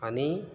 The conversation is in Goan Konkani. आनी